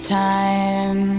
time